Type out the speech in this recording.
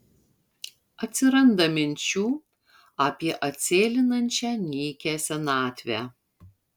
atsiranda minčių apie atsėlinančią nykią senatvę